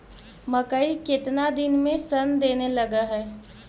मकइ केतना दिन में शन देने लग है?